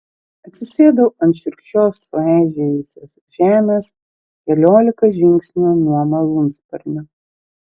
atsisėdau ant šiurkščios sueižėjusios žemės keliolika žingsnių nuo malūnsparnio